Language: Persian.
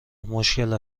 مشکل